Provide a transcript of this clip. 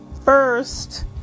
first